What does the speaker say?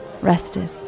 rested